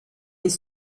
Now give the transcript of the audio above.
les